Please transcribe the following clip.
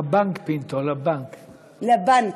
לבנק, פינטו, לבנק.